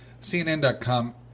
CNN.com